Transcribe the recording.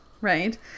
right